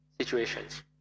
situations